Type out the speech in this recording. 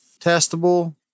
testable